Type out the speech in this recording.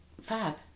fab